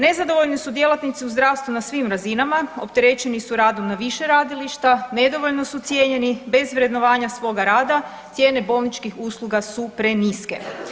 Nezadovoljni su djelatnici u zdravstvu na svim razinama, opterećeni su radom na više radilišta, nedovoljno su cijenjeni, bez vrednovanja svoga rada, cijene bolničkih usluga su preniske.